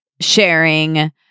sharing